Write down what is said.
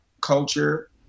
culture